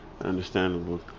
Understandable